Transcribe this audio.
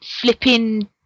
flipping